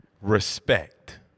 respect